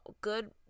good